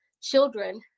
children